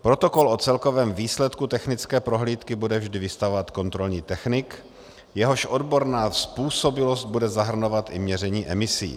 Protokol o celkovém výsledku technické prohlídky bude vždy vystavovat kontrolní technik, jehož odborná způsobilost bude zahrnovat i měření emisí.